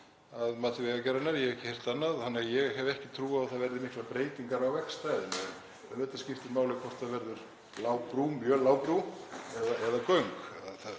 að mati Vegagerðarinnar. Ég hef ekki heyrt annað þannig að ég hef ekki trú á að það verði miklar breytingar á vegstæðinu. En auðvitað skiptir máli hvort það verður lág brú, mjög lág brú eða göng.